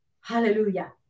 Hallelujah